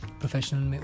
professional